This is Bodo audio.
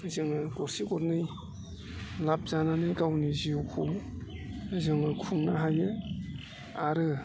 जोङो गरसे गरनै लाब जानानै गावनि जिउखौ जोङो खुंनो हायो आरो